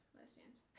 lesbians